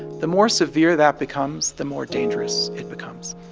the more severe that becomes, the more dangerous it becomes